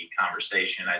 conversation